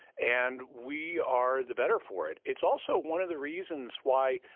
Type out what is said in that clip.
and we are the better for it. it's also one of the reasons why,